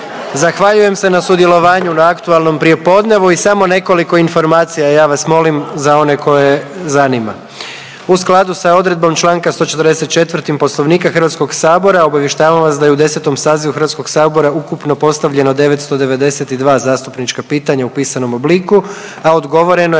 Zahvaljujem se na sudjelovanju na aktualnom prijepodnevu i samo nekoliko informacija. Ja vas molim za one koje zanima. U skladu sa odredbom članka 144. Poslovnika Hrvatskog sabora obavještavam vas da je u 10. sazivu Hrvatskog sabora ukupno postavljeno 992 zastupnička pitanja u pisanom obliku, a odgovoreno je